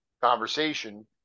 conversation